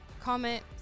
comment